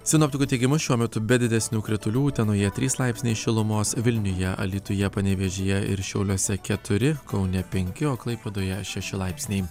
sinoptikų teigimu šiuo metu be didesnių kritulių utenoje trys laipsniai šilumos vilniuje alytuje panevėžyje ir šiauliuose keturi kaune penki o klaipėdoje šeši laipsniai